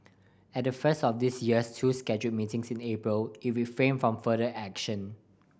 at the first of this year's two scheduled meetings in April it refrained from further action